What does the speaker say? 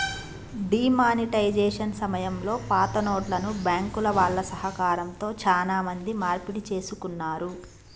D monetisation సమయంలో పాతనోట్లను బ్యాంకుల వాళ్ళ సహకారంతో చానా మంది మార్పిడి చేసుకున్నారు